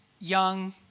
young